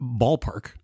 ballpark